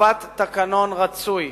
הוספת תקנון רצוי,